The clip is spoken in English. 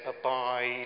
Abide